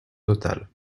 totale